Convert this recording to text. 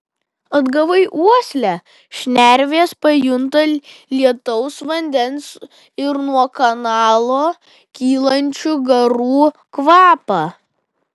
atgavai uoslę šnervės pajunta lietaus vandens ir nuo kanalo kylančių garų kvapą